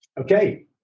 Okay